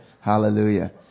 Hallelujah